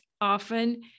often